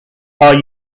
are